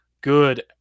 good